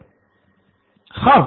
नितिन हाँ